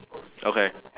okay